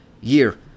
year